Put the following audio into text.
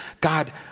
God